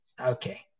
Okay